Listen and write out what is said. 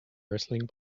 wrestling